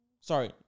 sorry